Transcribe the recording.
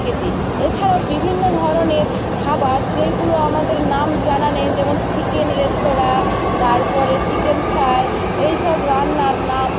খেতে এছাড়াও বিভিন্ন ধরনের খাবার যেইগুলো আমাদের নাম জানা নেই যেমন চিকেন রেস্তরাঁ তারপরে চিকেন ফ্রাই এই সব রান্নার নাম